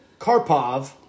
Karpov